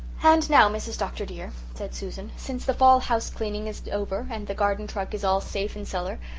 and now, mrs. dr. dear, said susan, since the fall house-cleaning is over and the garden truck is all safe in cellar,